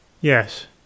Yes